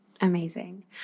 Amazing